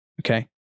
okay